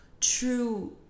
true